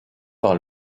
par